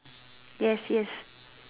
yes yes